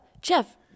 jeff